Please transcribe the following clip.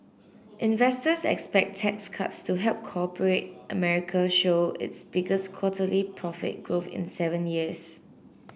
investors expect tax cuts to help corporate America show its biggest quarterly profit growth in seven years